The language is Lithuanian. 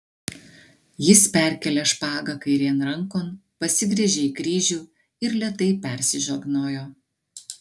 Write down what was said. jis perkėlė špagą kairėn rankon pasigręžė į kryžių ir lėtai persižegnojo